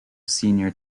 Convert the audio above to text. senior